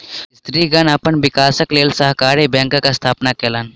स्त्रीगण अपन विकासक लेल सहकारी बैंकक स्थापना केलैन